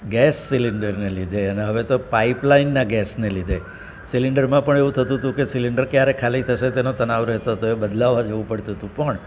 gas સિલિન્ડરને લીધે અને હવે તો પાઇપ લાઇનના ગેસને લીધે સિલિન્ડરમાં પણ એવું થતું હતું કે સિલિન્ડર ક્યારે ખાલી થશે તેનો તણાવ રહેતો હતો એ બદલાવવા જવું પડતું હતું પણ